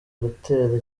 gutera